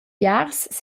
biars